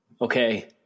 okay